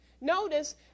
notice